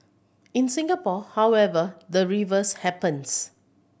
in Singapore however the reverse happens